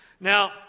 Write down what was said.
Now